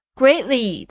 greatly